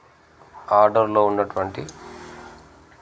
ఆర్డర్లో ఉన్నటువంటి